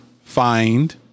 find